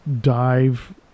dive